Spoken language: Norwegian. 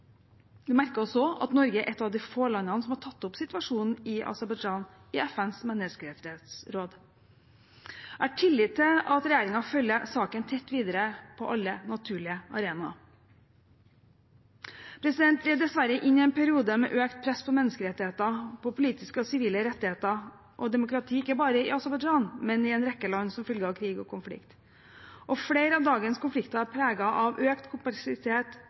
Vi merker oss også at Norge er et av de få landene som har tatt opp situasjonen i Aserbajdsjan i FNs menneskerettighetsråd. Jeg har tillit til at regjeringen følger saken tett videre på alle naturlige arenaer. Vi er dessverre inne i en periode med økt press på menneskerettigheter, politiske og sivile rettigheter og demokrati, ikke bare i Aserbajdsjan, men i en rekke land, som følge av krig og konflikt. Flere av dagens konflikter er preget av økt